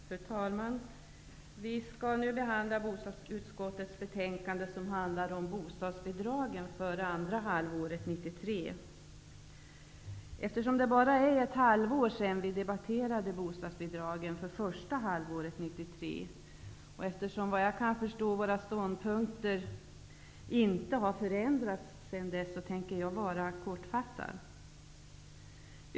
Fru talman! Vi skall nu behandla bostadsutskottets betänkande om bostadsbidrag för andra halvåret 1993. Eftersom det bara är ett halvår sedan vi debatterade bostadsbidragen för första halvåret 1993 och våra ståndpunkter, såvitt jag kan förstå, inte har förändrats sedan dess, tänker jag vara kortfattad.